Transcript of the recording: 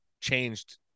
changed